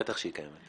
בטח שהיא קיימת.